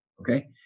okay